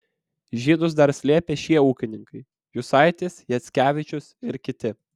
žydus dar slėpė šie ūkininkai jusaitis jackevičius ir kiti